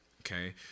Okay